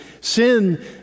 sin